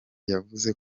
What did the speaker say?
yavuze